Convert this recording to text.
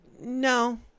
no